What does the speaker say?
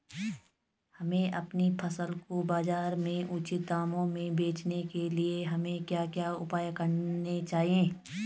हमें अपनी फसल को बाज़ार में उचित दामों में बेचने के लिए हमें क्या क्या उपाय करने चाहिए?